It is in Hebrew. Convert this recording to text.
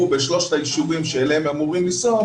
בשלושת היישובים שאליהם הם אמורים לנסוע,